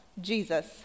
jesus